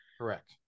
Correct